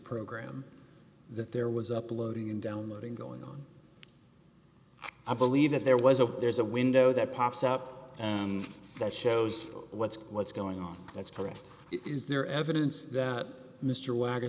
program that there was uploading and downloading going on i believe that there was a there's a window that pops up that shows what's what's going on that's correct is there evidence that mr wagner